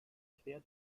quer